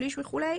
שליש וכו',